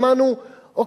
שמענו: טוב,